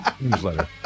newsletter